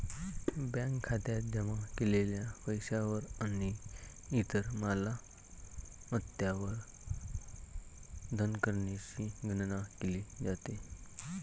bank खात्यात जमा केलेल्या पैशावर आणि इतर मालमत्तांवर धनकरची गणना केली जाते